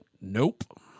Nope